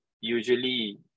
usually